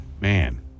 Man